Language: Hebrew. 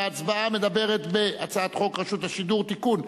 ההצבעה מדברת בהצעת חוק רשות השידור (תיקון,